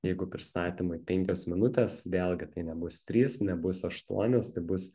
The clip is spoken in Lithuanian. jeigu pristatymui penkios minutės vėlgi tai nebus trys nebus aštuonios tai bus